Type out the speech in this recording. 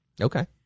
Okay